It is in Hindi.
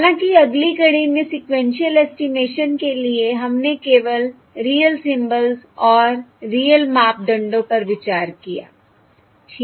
हालांकि अगली कड़ी में सीक्वेन्शिअल एस्टिमेशन के लिए हमने केवल रियल सिम्बल्स और रियल मापदंडों पर विचार किया ठीक है